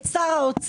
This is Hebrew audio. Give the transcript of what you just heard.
את שר האוצר,